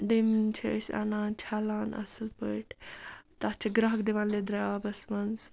ڈیٚمِنۍ چھِ أسۍ اَنان چھَلان اَصٕل پٲٹھۍ تَتھ چھِ گرٛیکھ دِوان لیٚدٕرِ آبَس منٛز